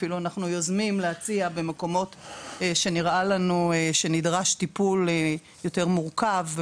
אפילו אנחנו יוזמים להציע במקומות שנראה לנו שנדרש טיפול יותר מורכב,